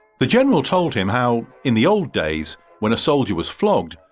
the general told him how in the old days when a soldier was flogged,